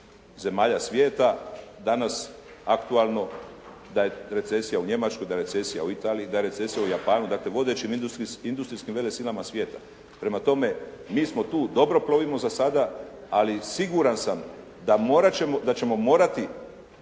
zemalja svijeta, danas aktualno da je recesija u Njemačkoj, da je recesija u Italiji, da je recesija u Japanu. Dakle vodećim industrijskim velesilama svijeta. Prema tome mi smo tu, dobro plovimo za sada, ali siguran sam da morati